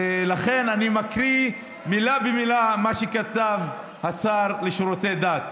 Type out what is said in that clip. ולכן אני מקריא מילה במילה את מה שכתב השר לשירותי דת.